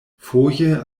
foje